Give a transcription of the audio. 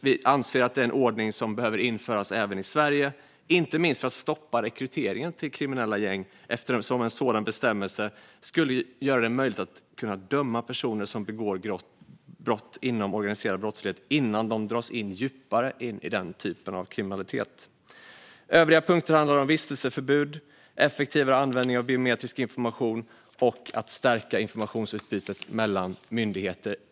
Vi anser att det är en ordning som behöver införas även i Sverige, inte minst för att stoppa rekryteringen till kriminella gäng. En sådan bestämmelse skulle göra det möjligt att döma personer som begår brott innan de dras in djupare i den typen av kriminalitet. Övriga punkter handlar om vistelseförbud, effektivare användning av biometrisk information och om att stärka informationsutbytet mellan myndigheter.